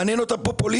מעניין אותם פופוליזם.